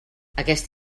aquest